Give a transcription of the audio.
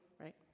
right